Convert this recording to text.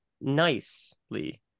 nicely